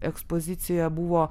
ekspozicijoje buvo